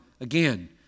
again